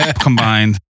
Combined